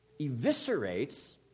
eviscerates